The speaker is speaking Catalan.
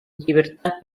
llibertat